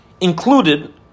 Included